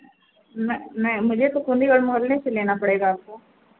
नहीं नहीं मुझे तो कुंदीगड़ मोहल्ले से लेना पड़ेगा आपको